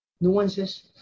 Nuances